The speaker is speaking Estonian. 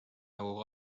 nagu